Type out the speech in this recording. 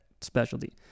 specialty